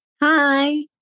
Hi